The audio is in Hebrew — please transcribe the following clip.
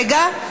רגע.